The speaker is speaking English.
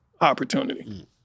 opportunity